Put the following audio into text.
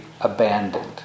abandoned